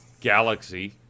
galaxy